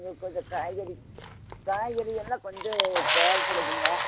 எனக்கு கொஞ்சம் காய்கறி காய்கறி எல்லாம் கொஞ்சம் தேவைபடுதுங்க